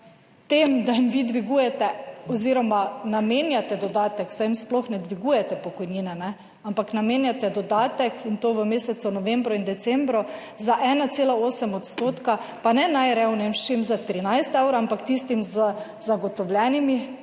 tem, da jim vi dvigujete oziroma namenjate dodatek, saj jim sploh ne dvigujete pokojnine, ampak namenjate dodatek in to v mesecu novembru in decembru za 1,8 %, pa ne najrevnejšim za 13 evrov, ampak tistim z zagotovljenimi